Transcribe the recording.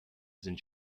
sind